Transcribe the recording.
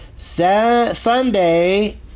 ...Sunday